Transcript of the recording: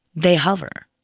they hover.